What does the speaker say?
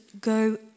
go